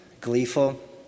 Gleeful